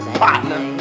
partner